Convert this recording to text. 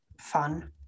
fun